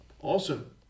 awesome